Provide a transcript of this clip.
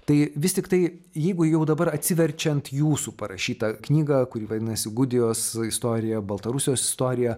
tai vis tiktai jeigu jau dabar atsiverčiant jūsų parašytą knygą kuri vadinasi gudijos istorija baltarusijos istorija